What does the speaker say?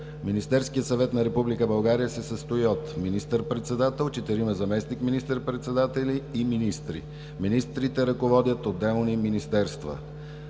Министерският съвет на Република България се състои от: министър-председател, четирима заместник министър-председатели и министри. Министрите ръководят отделни министерства.